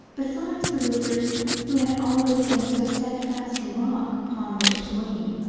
besides the rupert who had always been so steadfast a rock upon which to lean.